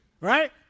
right